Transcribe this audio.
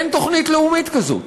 אין תוכנית לאומית כזאת,